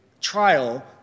trial